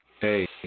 Hey